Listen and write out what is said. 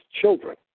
children